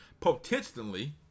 potentially